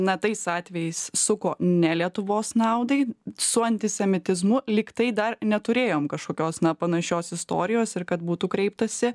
na tais atvejais suko ne lietuvos naudai su antisemitizmu lyg tai dar neturėjom kažkokios na panašios istorijos ir kad būtų kreiptasi